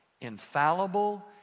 infallible